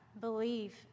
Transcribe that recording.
believe